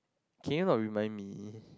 can you not remind me